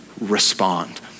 respond